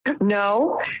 No